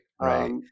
right